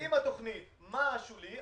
עם התוכנית, מה השולי?